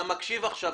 אתה מקשיב עכשיו,